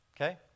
okay